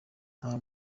nta